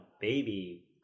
baby